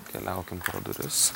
keliaukim pro duris